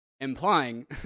implying